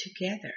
together